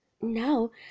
No